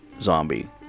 zombie